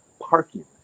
parking